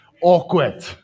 Awkward